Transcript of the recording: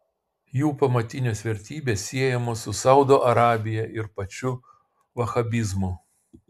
jų pamatinės vertybės siejamos su saudo arabija ir pačiu vahabizmu